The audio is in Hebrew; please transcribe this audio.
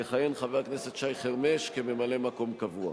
יכהן חבר הכנסת שי חרמש כממלא-מקום קבוע.